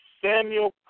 Samuel